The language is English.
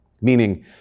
Meaning